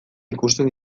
ikusten